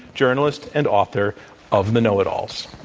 journalist and author of the know-it-alls.